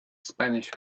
spanish